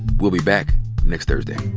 we'll be back next thursday